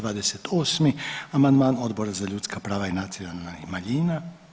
28. amandman Odbora za ljudska prava i nacionalnih manjina.